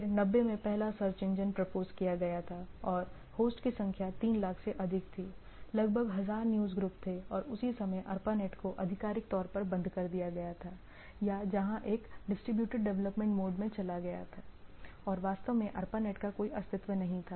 फिर 90 में पहला सर्च इंजन प्रपोज किया गया था और होस्ट की संख्या 3 लाख से अधिक थी लगभग 1000 न्यूज़ ग्रुप थे और उसी समय ARPANET को आधिकारिक तौर पर बंद कर दिया गया था या जहां यह एक डिस्ट्रीब्यूटेड डेवलपमेंट मोड में चला गया और वास्तव में ARPANET का कोई अस्तित्व नहीं था